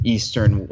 Eastern